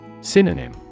Synonym